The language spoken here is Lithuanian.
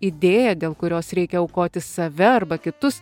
idėja dėl kurios reikia aukoti save arba kitus